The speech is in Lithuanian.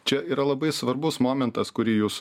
čia yra labai svarbus momentas kurį jūs